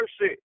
mercy